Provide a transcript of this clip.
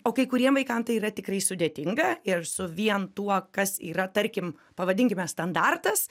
o kai kuriem vaikam tai yra tikrai sudėtinga ir su vien tuo kas yra tarkim pavadinkime standartas